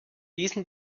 diesen